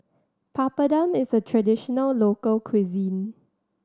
papadum is a traditional local cuisine